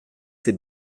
ses